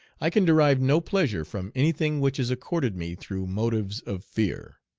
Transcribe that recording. i can derive no pleasure from any thing which is accorded me through motives of fear.